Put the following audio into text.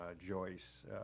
Joyce